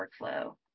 workflow